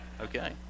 Okay